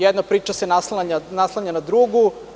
Jedna priča se naslanja na drugu.